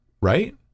right